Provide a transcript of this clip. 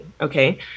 okay